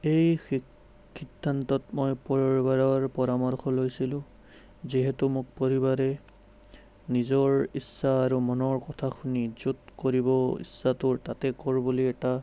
এই সিধ সিদ্ধান্তত মই পৰিবাৰৰ পৰামৰ্শ লৈছিলোঁ যিহেতু মোক পৰিবাৰে নিজৰ ইচ্ছা আৰু মনৰ কথা শুনি য'ত কৰিব ইচ্ছা তোৰ তাতে কৰ বুলি এটা